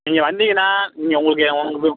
நீங்கள் வந்தீங்கன்னால் நீங்கள் உங்களுக்கு உங்கள்